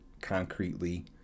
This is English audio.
concretely